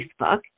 Facebook